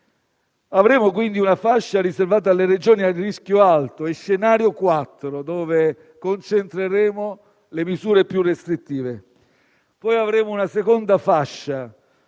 Avremo quindi una fascia riservata alle Regioni a rischio alto, in scenario 4, su cui concentreremo le misure più restrittive; poi avremo una seconda fascia